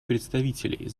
представителей